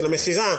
המכירה,